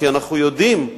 כי אנחנו יודעים,